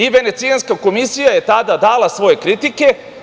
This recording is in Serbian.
I Venecijanska komisija je tada dala svoje kritike.